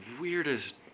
weirdest